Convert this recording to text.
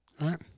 Right